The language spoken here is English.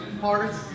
parts